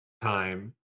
time